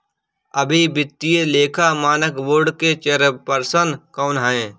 अभी वित्तीय लेखा मानक बोर्ड के चेयरपर्सन कौन हैं?